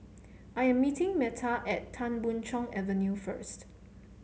I am meeting Meta at Tan Boon Chong Avenue first